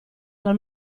alla